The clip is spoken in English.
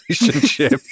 relationship